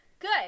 Good